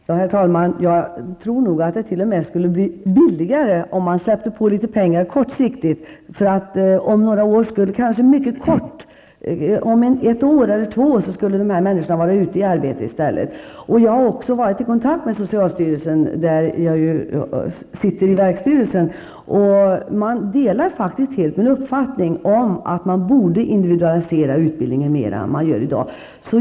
Herr talman! Jag tror t.o.m. att det skulle bli billigare om man kortsiktigt anslog litet pengar. Om ett eller två år skulle de här människorna kanske vara ute i arbete i stället. Jag har också varit i kontakt med socialstyrelsen, där jag sitter i verksstyrelsen och där man delar min uppfattning att utbildningen borde individualiseras mer än i dag.